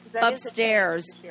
Upstairs